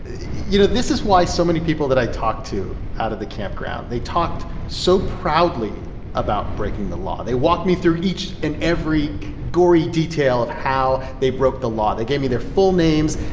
you know, this is why so many people that i talked to out at the campground, they talked so proudly about breaking the law. they walked me through each and every gory detail of how they broke the law. they gave me their full names.